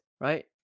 right